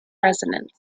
residents